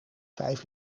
vijf